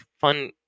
fun